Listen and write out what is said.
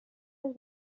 les